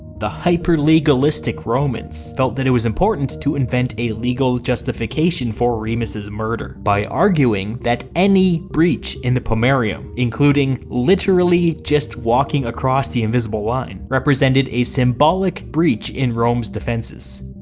the hyper-legalistic romans felt that it was important to invent a legal justification for remus's murder by arguing that any breach of the pomerium, including literally just walking across the invisible line, represented a symbolic breach in rome's defenses.